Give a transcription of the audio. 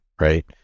right